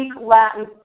Latin